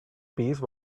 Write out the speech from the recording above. piece